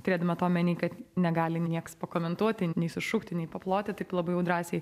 turėdama tą omeny kad negali nieks pakomentuoti nei sušukti nei paploti taip labai jau drąsiai